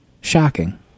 Shocking